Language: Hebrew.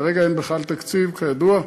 כרגע אין בכלל תקציב, כידוע.